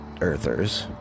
earthers